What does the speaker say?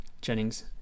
Jennings